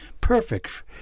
perfect